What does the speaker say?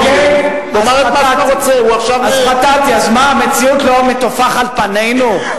אז חטאתי, אז מה, המציאות לא טופחת על פנינו?